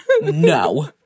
no